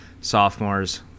sophomores